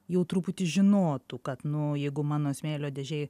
jau truputį žinotų kad nu jeigu mano smėlio dėžėj